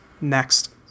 Next